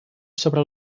sobre